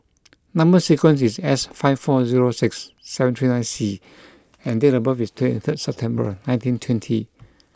number sequence is S five four zero six seven three nine C and date of birth is twenty third September nineteen twenty